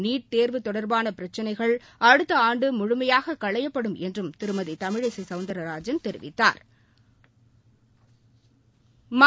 நீர் தேர்வு தொடர்பான பிரச்சினைகள் அடுத்த ஆண்டு முழுமையாக களையப்படும் என்றும் திருமதி தமிழிசை சௌந்தா்ராஜன் தெரிவித்தாா்